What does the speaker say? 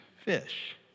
fish